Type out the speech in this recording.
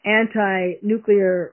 anti-nuclear